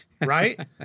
Right